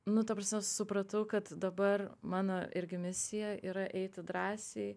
nu ta prasme supratau kad dabar mano irgi misija yra eiti drąsiai